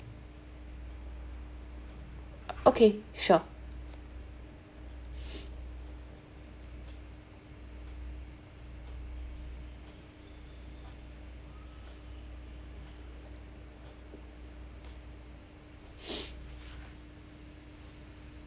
okay sure